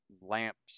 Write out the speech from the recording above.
lamps